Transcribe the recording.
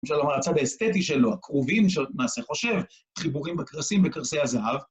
אפשר לומר, הצד האסתטי שלו, הקרובים של נעשה חושב, חיבורים בקרסים וקרסי הזהב.